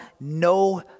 no